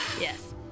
Yes